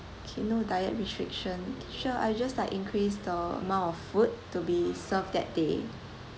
okay no diet restriction sure I just like increase the amount of food to be served that day